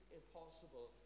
impossible